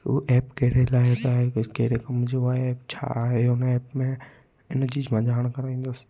हू एप कहिड़े लाइ आहे कहिड़े कम जो आहे छा आहे हुन एप में हिनजी च मां ॼाण कराईंदुसि